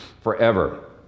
forever